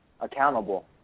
accountable